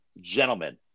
Gentlemen